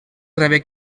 rebé